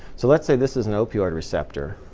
so let's say this is an opioid receptor,